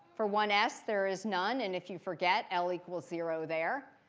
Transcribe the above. for one s, there is none. and if you forget, l equals zero there.